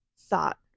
thought